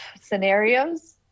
scenarios